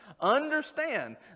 Understand